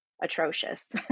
atrocious